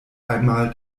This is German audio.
einmal